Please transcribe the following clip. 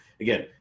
Again